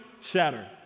shatter